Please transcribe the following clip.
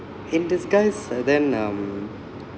in disguise uh then um